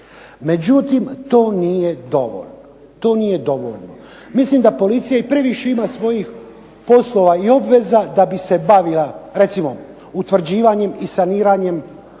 dovoljno. To nije dovoljno. Mislim da policija i previše ima svojih poslova i obveza da bi se bavila recimo utvrđivanjem i saniranjem opasnih